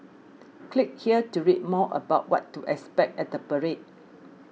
click here to read more about what to expect at the parade